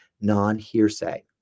non-hearsay